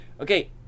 Okay